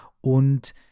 und